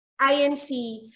INC